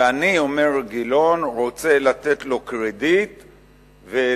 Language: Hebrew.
ואני, אומר גילאון, רוצה לתת לו קרדיט ולומר: